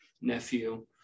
nephew